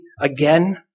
again